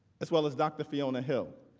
as well as dr. fiona hill.